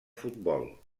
futbol